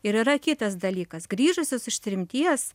ir yra kitas dalykas grįžusius iš tremties